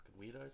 weirdos